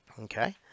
Okay